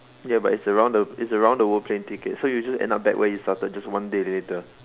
ya but it's around the it's around the world plane ticket so you'll just end up back where you started just one day later